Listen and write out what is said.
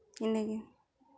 ᱤᱱᱟᱹᱜᱮ